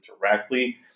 directly